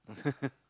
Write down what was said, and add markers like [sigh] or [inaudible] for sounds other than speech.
[laughs]